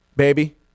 baby